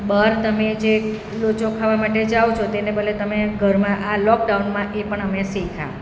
બહાર તમે જે લોચો ખાવા માટે જાઓ છો તેને બદલે તમે ઘરમાં આ લોકડાઉનમાં એ પણ અમે શીખા